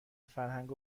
فرهنگ